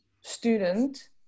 student